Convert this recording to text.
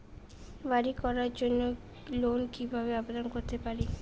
বাড়ি করার জন্য লোন কিভাবে আবেদন করতে পারি?